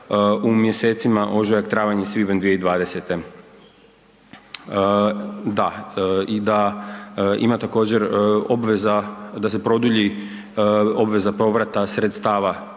u mjesecima ožujak, travanj i svibanj 2020. Da, i da ima također obveza da se produlji obveza povrata sredstava